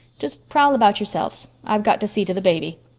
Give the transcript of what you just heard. just prowl about yourselves. i've got to see to the baby.